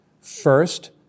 First